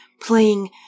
playing